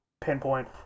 pinpoint